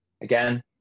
again